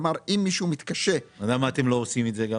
כלומר אם מישהו מתקשה --- למה אתם לא עושים את זה?